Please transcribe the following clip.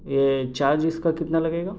یہ چارج اس کا کتنا لگے گا